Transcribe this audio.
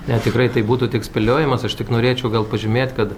ne tikrai tai būtų tik spėliojimas aš tik norėčiau gal pažymėt kad